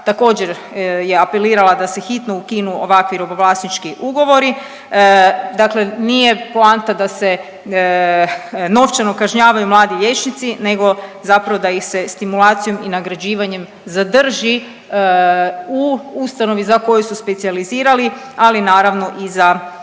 također je apelirala da se hitno ukinu ovakvi robovlasnički ugovori. Dakle, nije poanta da se novčano kažnjavaju mladi liječnici, nego zapravo da ih se stimulacijom i nagrađivanjem zadrži u ustanovi za koju su specijalizirali ali naravno i za cijelu